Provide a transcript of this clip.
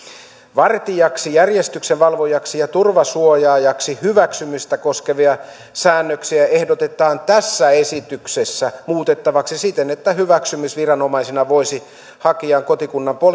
vartijaksi järjestyksenvalvojaksi ja turvasuojaajaksi hyväksymistä koskevia säännöksiä ehdotetaan tässä esityksessä muutettavaksi siten että hyväksymisviranomaisena voisi hakijan kotikunnan